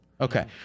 Okay